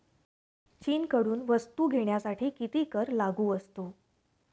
चीनकडून वस्तू घेण्यासाठी किती कर लागू असतो?